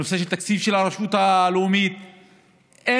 תקציב של הרשות הלאומית וחינוך,